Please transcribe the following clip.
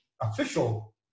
official